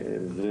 הצעירים.